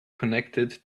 connected